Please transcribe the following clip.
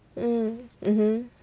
mm mmhmm